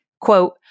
Quote